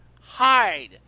hide